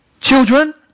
children